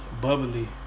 Bubbly